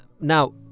Now